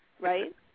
right